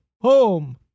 home